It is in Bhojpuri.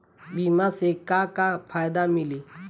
बीमा से का का फायदा मिली?